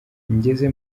ngeze